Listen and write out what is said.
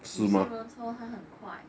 有些人说他很快